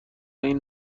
این